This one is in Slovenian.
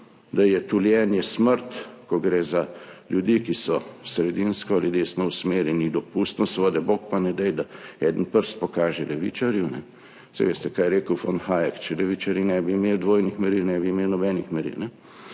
da je tuljenje »smrt«, ko gre za ljudi, ki so sredinsko ali desno usmerjeni, dopustno, seveda, bog pa ne daj, da eden prst pokaže levičarju. Saj veste, kaj je rekel von Hayek: če levičarji ne bi imeli dvojnih meril, ne bi imeli nobenih meril.